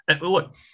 Look